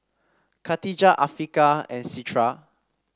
Katijah Afiqah and Citra